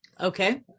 Okay